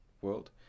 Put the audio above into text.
world